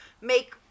make